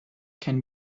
can